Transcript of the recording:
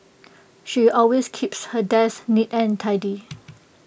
she always keeps her desk neat and tidy